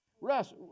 Russ